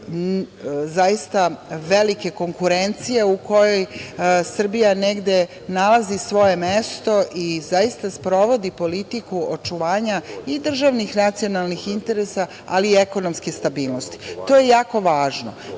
zaista velike konkurencije u kojoj Srbija negde nalazi svoje mesto i zaista sprovodi politiku očuvanja i državnih i nacionalnih interesa, ali i ekonomske stabilnosti. To je jako važno. Kad